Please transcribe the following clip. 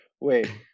wait